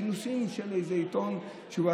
בכינוסים של איזה עיתון,